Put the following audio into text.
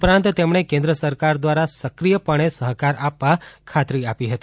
ઉપરાંત તેમણે કેન્દ્ર સરકાર દ્વારા સક્રિયપણે સહકાર આપવા ખાતરી આપી હતી